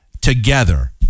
together